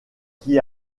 qui